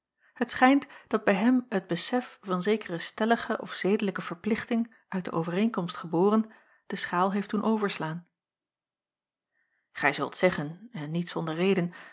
het schijnt dat bij hem het besef van zekere stellige of zedelijke verplichting uit de overeenkomst geboren de schaal heeft doen overslaan gij zult zeggen en niet zonder reden